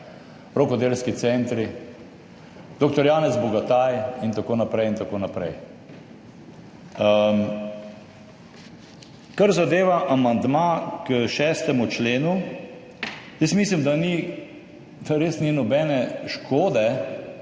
rokodelski centri, dr. Janez Bogataj in tako naprej in tako naprej. Kar zadeva amandma k 6. členu, jaz mislim, da res ni nobene škode,